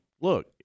look